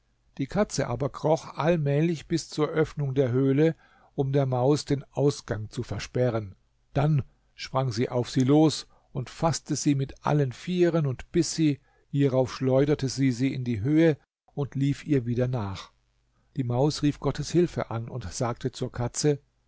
die katze aber kroch allmählich bis zur öffnung der höhle um der maus den ausgang zu versperren dann sprang sie auf sie los und faßte sie mit allen vieren und biß sie hierauf schleuderte sie sie in die höhe und lief ihr wieder nach die maus rief gottes hilfe an und sagte zur katze